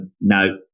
Now